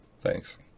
Thanks